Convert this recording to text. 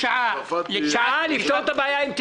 הצבעה בעד,